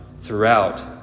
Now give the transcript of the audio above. throughout